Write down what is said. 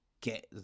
get